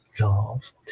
love